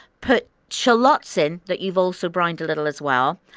put shallots in that you've also brined a little as well.